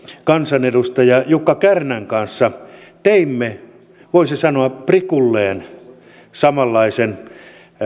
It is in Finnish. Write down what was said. kansanedustaja jukka kärnän kanssa teimme voisi sanoa prikulleen samanlaisen